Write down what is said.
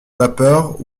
vapeur